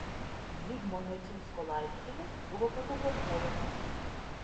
zigmo neciunsko laidotuvės buvo fotografuojamos